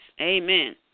Amen